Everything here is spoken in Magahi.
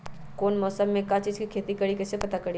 कौन मौसम में का चीज़ के खेती करी कईसे पता करी?